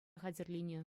хатӗрленӗ